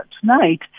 tonight